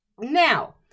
Now